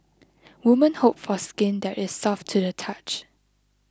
women hope for skin that is soft to the touch